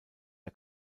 der